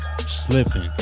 slipping